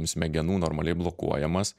smegenų normaliai blokuojamas